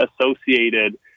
associated